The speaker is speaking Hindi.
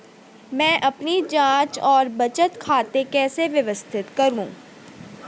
मैं अपनी जांच और बचत खाते कैसे व्यवस्थित करूँ?